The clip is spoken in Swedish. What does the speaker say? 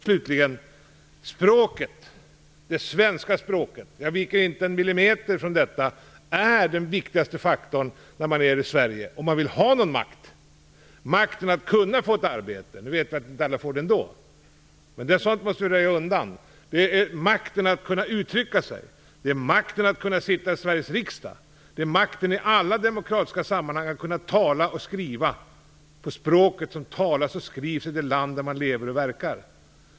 Slutligen: Språket, det svenska språket - jag viker inte en millimeter från detta - är den viktigaste faktorn när man är i Sverige om man vill ha någon makt. Det är makten att kunna få ett arbete - nu vet vi att alla inte får det ändå, men det är sådant man måste röja undan - det är makten att kunna uttrycka sig, det är makten att kunna sitta i Sveriges riksdag, det är makten i alla demokratiska sammanhang att kunna tala och skriva på det språk som talas och skrivs i det land där man lever och verkar.